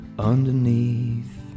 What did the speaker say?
Underneath